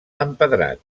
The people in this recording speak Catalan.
empedrat